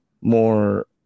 more